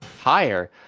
higher